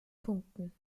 punkten